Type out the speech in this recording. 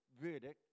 verdict